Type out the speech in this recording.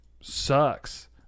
sucks